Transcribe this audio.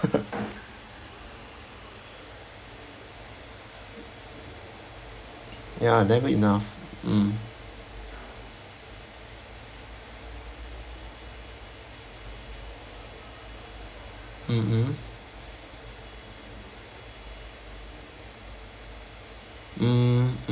ya never enough mm mmhmm mm